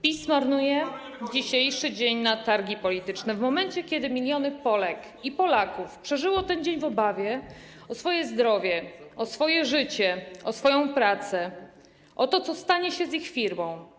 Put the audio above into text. PiS marnuje dzisiejszy dzień na targi polityczne - w momencie, kiedy miliony Polek i Polaków przeżyło ten dzień w obawie o swoje zdrowie, o swoje życie, o swoją pracę, o to, co stanie się z ich firmą.